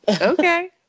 Okay